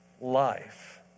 life